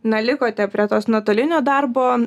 na likote prie tos nuotolinio darbo